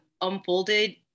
unfolded